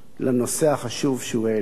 בנושא החשוב שהוא העלה.